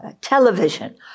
television